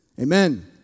Amen